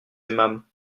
aimâmes